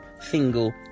single